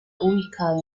ubicado